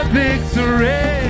victory